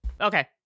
Okay